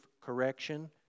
correction